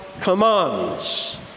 commands